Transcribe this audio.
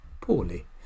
poorly